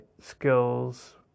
skills